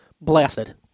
blasted